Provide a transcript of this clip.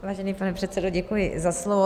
Vážený pane předsedo, děkuji za slovo.